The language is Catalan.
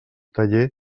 taller